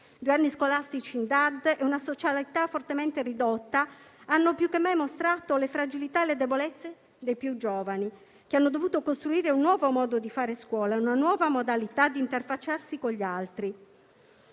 Due anni scolastici in DAD e una socialità fortemente ridotta hanno più che mai mostrato le fragilità e le debolezze dei più giovani, che hanno dovuto costruire un nuovo modo di fare scuola e una nuova modalità di interfacciarsi con gli altri.